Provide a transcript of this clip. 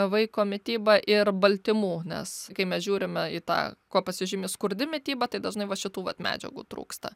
vaiko mitybą ir baltymų nes kai mes žiūrime į tą kuo pasižymi skurdi mityba tai dažnai va šitų vat medžiagų trūksta